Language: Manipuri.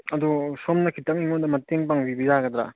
ꯑꯗꯣ ꯁꯣꯝꯅ ꯈꯤꯇꯪ ꯑꯩꯉꯣꯟꯗ ꯃꯇꯦꯡ ꯄꯥꯡꯕꯤꯕ ꯌꯥꯒꯗ꯭ꯔꯥ